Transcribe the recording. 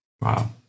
wow